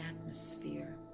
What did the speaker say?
atmosphere